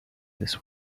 this